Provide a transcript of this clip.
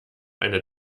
eine